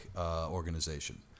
organization